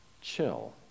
chill